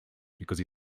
because